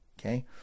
Okay